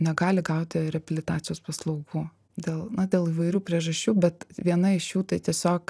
negali gauti reabilitacijos paslaugų dėl na dėl įvairių priežasčių bet viena iš jų tai tiesiog